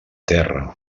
terra